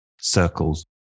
circles